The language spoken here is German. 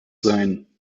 sein